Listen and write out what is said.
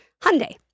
Hyundai